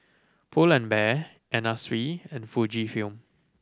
Pull and Bear Anna Sui and Fujifilm